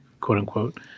quote-unquote